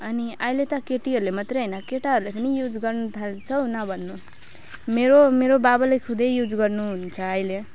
अनि अहिले त केटीहरूले मात्र होइन केटाहरूले पनि युज गर्नु थाल्छ हौ नभन्नु मेरो मेरो बाबाले खुदै युज गर्नु हुन्छ अहिले